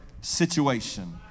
situation